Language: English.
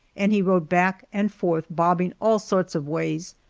and he rode back and forth bobbing all sorts of ways,